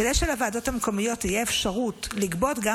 כדי שלוועדות המקומיות תהיה אפשרות לגבות גם